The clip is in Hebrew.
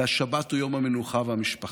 והשבת הוא יום המנוחה והמשפחה.